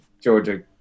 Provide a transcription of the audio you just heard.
georgia